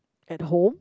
at home